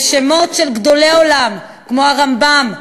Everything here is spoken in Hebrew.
ושמות של גדולי עולם כמו הרמב"ם,